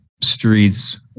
streets